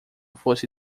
fosse